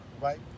right